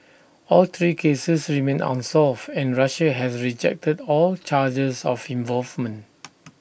all three cases remain unsolved and Russia has rejected all charges of involvement